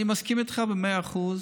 אני מסכים איתך במאה אחוז